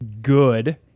good